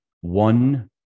one